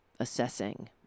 Assessing